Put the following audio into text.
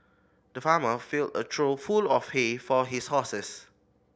the farmer filled a trough full of hay for his horses